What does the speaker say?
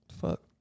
Fuck